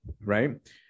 right